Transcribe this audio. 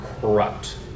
corrupt